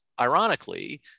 ironically